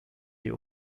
die